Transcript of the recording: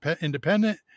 independent